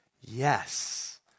Yes